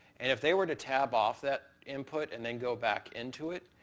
and if they were to tab off that input and then go back into it,